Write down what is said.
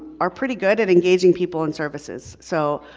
are pretty good at engaging people in services. so,